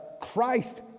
Christ